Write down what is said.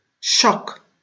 shock